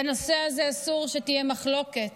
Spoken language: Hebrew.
בנושא הזה אסור שתהיה מחלוקת,